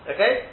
Okay